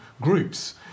groups